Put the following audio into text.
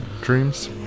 dreams